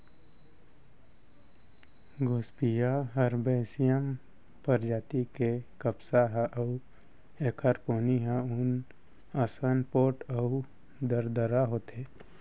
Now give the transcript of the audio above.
Gossypium हरबैसियम परजाति के कपसा ह अउ एखर पोनी ह ऊन असन पोठ अउ दरदरा होथे